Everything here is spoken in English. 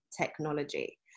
technology